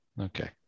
okay